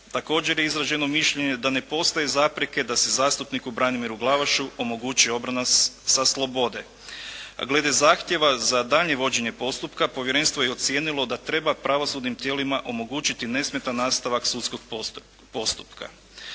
Također je izraženo mišljenje da ne postoje zapreke da se zastupniku Branimiru Glavašu omogući obrana sa slobode. Glede zahtjeva za daljnje vođenje postupka povjerenstvo je ocijenilo da treba pravosudnim tijelima omogućiti nesmetan nastavak sudskog postupka.